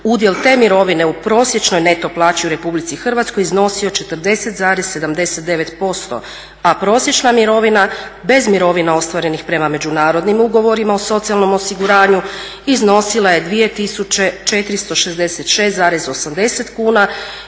udjel te mirovine u prosječnoj neto plaći u RH iznosio je 40,79%, a prosječna mirovina bez mirovina ostvarenih perma međunarodnim ugovorima o socijalnom osiguranju iznosila je 2.466,80 kuna